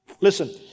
Listen